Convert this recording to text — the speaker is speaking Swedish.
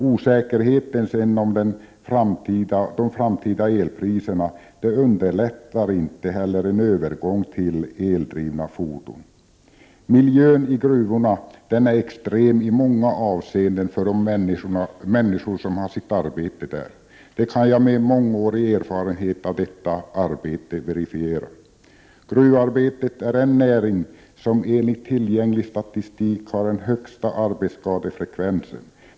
Osäkerheten om de framtida elpriserna underlättar inte heller en övergång till eldrivna fordon. Miljön i gruvorna är extrem i många avseenden för de människor som har sitt arbete där. Detta kan jag, som har mångårig erfarenhet av detta arbete, verifiera. Gruvarbetet är den näring som enligt tillgänglig statistik har den högsta arbetsskadefrekvensen.